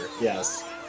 yes